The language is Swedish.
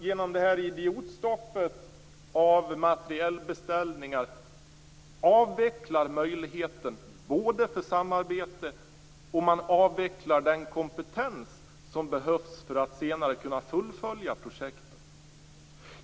Genom idiotstoppet av materielbeställningar avvecklar man möjligheten till samarbete och den kompetens som behövs för att senare kunna fullfölja projekten.